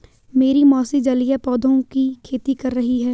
मेरी मौसी जलीय पौधों की खेती कर रही हैं